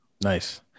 Nice